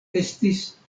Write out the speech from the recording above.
estis